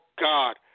God